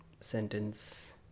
sentence